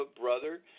brother